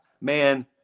Man